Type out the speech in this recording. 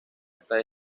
hasta